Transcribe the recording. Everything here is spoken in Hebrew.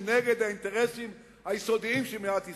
שהוא נגד האינטרסים היסודיים של מדינת ישראל.